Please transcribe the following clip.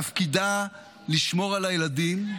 תפקידה לשמור על הילדים --- סליחה,